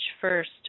first